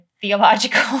theological